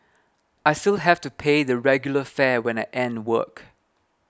I still have to pay the regular fare when I end work